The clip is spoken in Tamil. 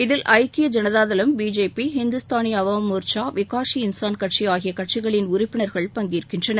இதில் ஐக்கிய ஜனதாதளம் பிஜேபி ஹிந்துஸ்தானி அவாம் மோர்ச்சா விகாஷி இன்சான் கட்சி ஆகிய கட்சிகளின் உறுப்பினர்கள் பங்கேற்கின்றனர்